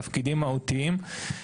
תפקידים מהותיים.